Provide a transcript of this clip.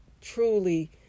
truly